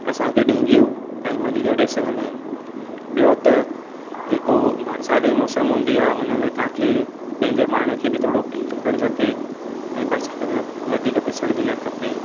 असांखे डेंगियू ऐं मलेरिया ॾेई सघंदा आहिनि ॿियो त जेको बरसाति जी मौसम हूंदी आहे उन में तव्हांखे पंहिंजे पाण खे बि थोरो क्लीन रखणु खपे ऐं बरसाति में वधीक पिसण बि न खपे